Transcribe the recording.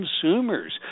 consumers